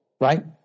right